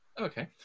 Okay